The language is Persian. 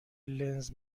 لنز